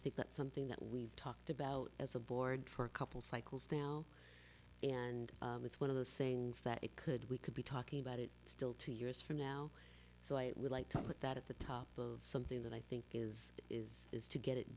think that's something that we've talked about as a board for a couple cycles now and it's one of those things that it could we could be talking about it still two years from now so i would like to put that at the top of something that i think is is is to get it